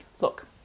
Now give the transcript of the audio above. look